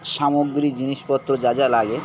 সামগ্রী জিনিসপত্র যা যা লাগে